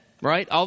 right